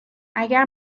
اگر